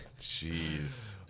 Jeez